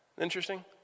Interesting